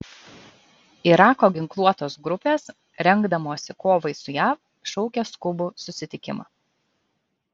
irako ginkluotos grupės rengdamosi kovai su jav šaukia skubų susitikimą